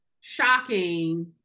shocking